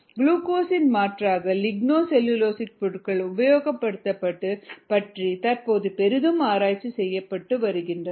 குளுக்கோஸின் மாற்றாக lignocellulosic பொருட்கள் உபயோகிப்பது பற்றி தற்போது பெரிதும் ஆராய்ச்சி செய்யப்பட்டு வருகின்றன